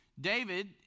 David